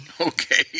okay